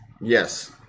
Yes